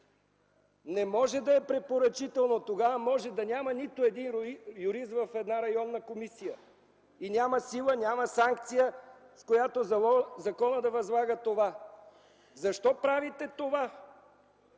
Не може да е препоръчително! Тогава може да няма нито един юрист в една районна комисия. Няма сила, няма санкция, с която законът да възлага това. Защо правите това?